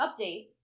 update